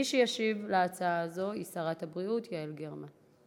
מי שתשיב על ההצעה הזאת היא שרת הבריאות יעל גרמן.